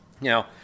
Now